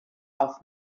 auf